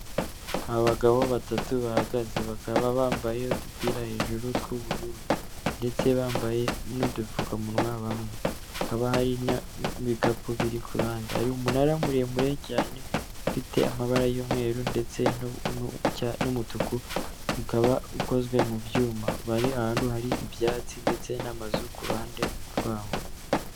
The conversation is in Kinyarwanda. Aba bagabo batatu bahagaze bakaba bambaye udupira hejuru tw'ubururu ndetse bambaye n'udupfukamunwa bamwe hakaba hari nibikapu biri ku ruhande hari umunara muremure cyane ufite amabara y'umweru ndetse n'umutuku bikaba ukozwe mu byuma bari ahantu hari ibyatsi ndetse n'amazu kuruhande rwaho.